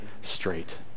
straight